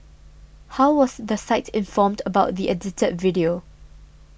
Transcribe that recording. how was the site informed about the edited video